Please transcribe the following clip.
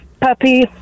puppy